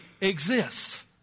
exists